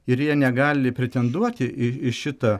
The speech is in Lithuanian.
ir jie negali pretenduoti į šitą